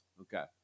Okay